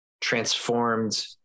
transformed